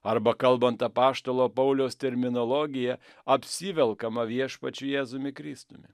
arba kalbant apaštalo pauliaus terminologija apsivelkama viešpačiu jėzumi kristumi